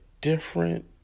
different